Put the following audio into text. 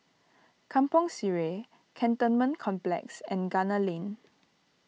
Kampong Sireh Cantonment Complex and Gunner Lane